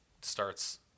starts